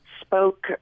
spoke